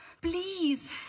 Please